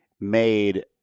Made